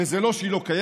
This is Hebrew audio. וזה לא שהיא לא קיימת,